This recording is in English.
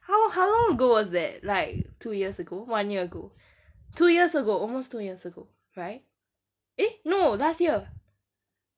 how how long ago was that like two years ago one year ago two years ago almost two years ago right eh no last year